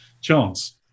chance